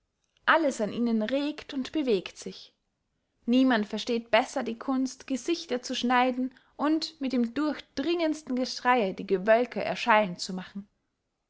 alles an ihnen regt und bewegt sich niemand versteht besser die kunst gesichter zu schneiden und mit dem durchdringendsten geschreye die gewölker erschallen zu machen